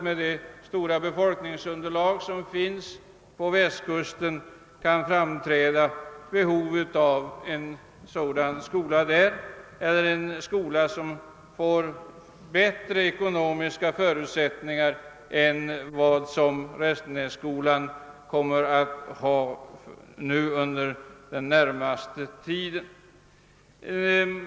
Med det befolkningsunderlag som finns på Västkusten är det naturligt att det där finns behov av en dylik skola, som då bör få bättre ekonomiska förutsättningar än Restenässkolan får under den närmaste tiden.